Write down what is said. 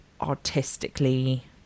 artistically